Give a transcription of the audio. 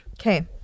okay